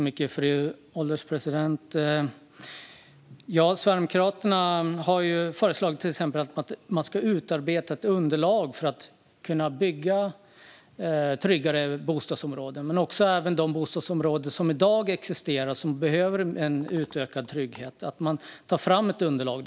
Fru ålderspresident! Sverigedemokraterna har till exempel föreslagit att man ska utarbeta ett underlag för att kunna bygga tryggare bostadsområden. Men också för de bostadsområden som existerar i dag och som behöver ökad trygghet bör man ta fram ett underlag.